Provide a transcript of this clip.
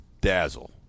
dazzle